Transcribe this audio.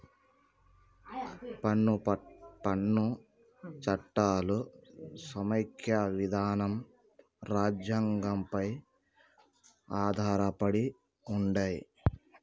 పన్ను చట్టాలు సమైక్య విధానం రాజ్యాంగం పై ఆధారపడి ఉంటయ్